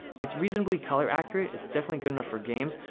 it's reasonably color accurate it's definitely good enough for games,